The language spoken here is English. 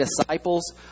disciples